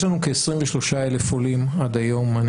יש לנו כ-23,000 עולים עד היום,